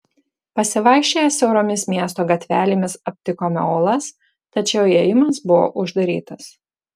pasivaikščioję siauromis miesto gatvelėmis aptikome olas tačiau įėjimas buvo uždarytas